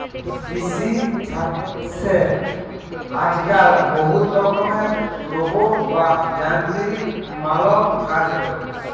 কিসি ছাসে আজক্যালে বহুত রকমের রোবট বা যানতিরিক মালব কাজ ক্যরে